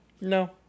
No